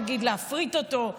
נגיד להפריט אותו,